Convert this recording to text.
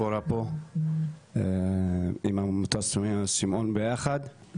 ציפורה פה, עם עמותת -- ביחד.